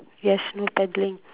yes no paddling